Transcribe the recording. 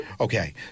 Okay